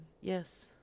Yes